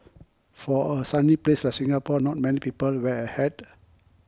for a sunny place like Singapore not many people wear a hat